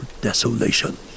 desolation